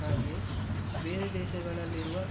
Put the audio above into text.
ಹಾಗೆ ಬೇರೆ ದೇಶಗಳಲ್ಲಿರುವ